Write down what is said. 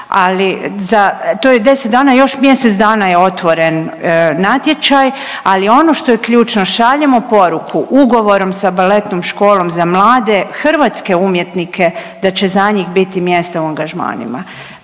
za, to je 10 dana, još mjesec dana je otvoren natječaj. Ali ono što je ključno, šaljemo poruku ugovorom sa Baletnom školom za mlade hrvatske umjetnike da će za njih biti mjesta u angažmanima.